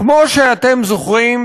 כמו שאתם זוכרים,